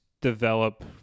develop